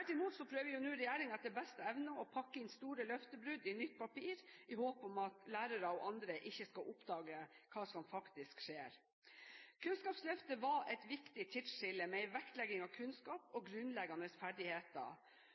Tvert imot prøver nå regjeringen etter beste evne å pakke inn store løftebrudd i nytt papir, i håp om at lærere og andre ikke skal oppdage hva som faktisk skjer. Kunnskapsløftet var et viktig tidsskille, med en vektlegging av kunnskap og grunnleggende ferdigheter.